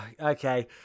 okay